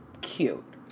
cute